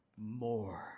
more